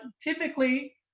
typically